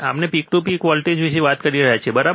આપણે peak to peak voltage વિશે વાત કરી રહ્યા છીએ બરાબર